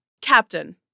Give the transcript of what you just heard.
Captain